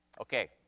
Okay